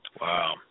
Wow